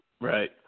right